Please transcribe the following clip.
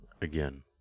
again